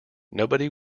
nobody